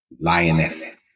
lioness